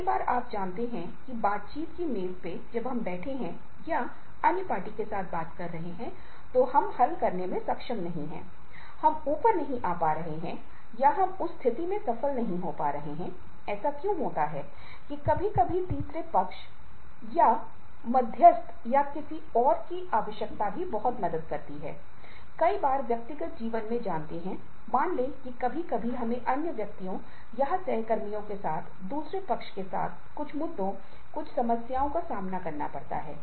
क्योंकि यह एकमात्र संसाधन है जिसे किसी अन्य संगठन द्वारा तुरंत नकल नहीं किया जा सकता है और इससे प्रतिस्पर्धा और प्रतिभा और गुणवत्ता वाले कर्मचारी होंगे जो गुणवत्ता वाले उत्पादों को उचित समय सीमा के साथ दे सकते हैं और उन पर भी दबाव डाला जाता है क्योंकि समय कम और काम कई हैं इसलिए अंतमे उन पर भी दबाव डाला जाता है